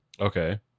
Okay